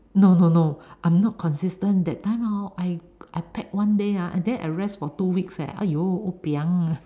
no no no I'm not consistent that time hor I pack one day ah then I rest for two weeks leh !aiyo! !wapiang!